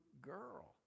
girl